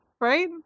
right